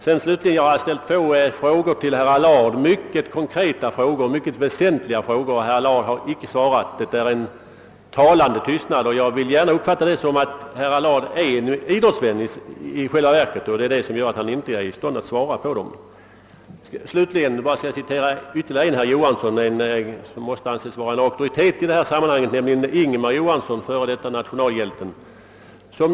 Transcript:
Sedan har jag ställt två mycket konkreta och väsentliga frågor till herr Allard utan att få svar. Det är en talande tystnad, och jag vill gärna uppfatta den så att herr Allard är en verklig idrottsvän och att han därför inte anser sig kunna svara på frågorna. Slutligen vill jag citera en annan herr Johansson, som måste sägas vara auktoritet i sammanhanget, nämligen Ingemar Johansson, f.d. nationalhjälte.